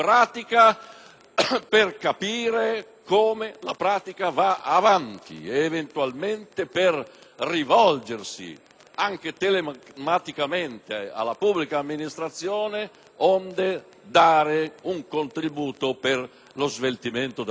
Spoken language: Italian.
per capire come questa vada avanti, eventualmente per rivolgersi anche telematicamente alla pubblica amministrazione, onde dare un contributo per lo sveltimento della stessa.